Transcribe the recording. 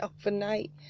overnight